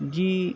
جی